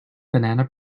banana